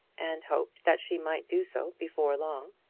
and hoped that she might do so before long,